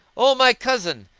o my cousin,